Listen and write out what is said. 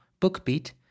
BookBeat